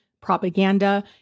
propaganda